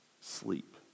sleep